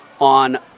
on